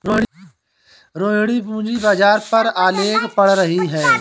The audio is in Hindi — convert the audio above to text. रोहिणी पूंजी बाजार पर आलेख पढ़ रही है